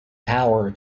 power